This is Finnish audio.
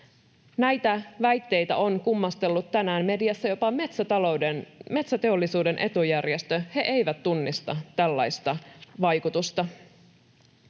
Näitä väitteitä on kummastellut tänään mediassa jopa metsäteollisuuden etujärjestö. He eivät tunnista tällaista vaikutusta.